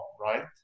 right